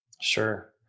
Sure